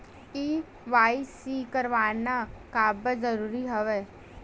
KYC करवाना काबर जरूरी हवय?